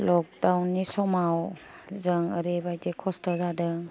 lockdown नि समाव जों ओरैबादि खस्थ' जादों